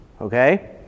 okay